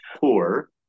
poor